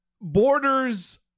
borders